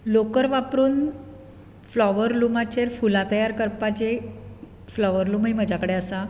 लोकर वापरून फ्लावर लुमाचेर फुलां तयार करपाचे फ्लावर लूमूय म्हज्या कडेन आसा